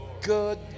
Good